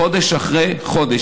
חודש אחרי חודש.